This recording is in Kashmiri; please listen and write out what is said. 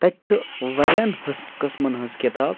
تَتہِ چھُ واریاہَن حٔس قٕسمَن ہٕنٛز کِتاب